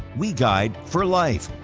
we guide for life.